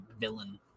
villain